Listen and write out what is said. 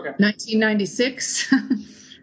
1996